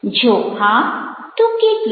જો હા તો કેટલું